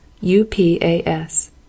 U-P-A-S